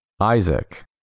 Isaac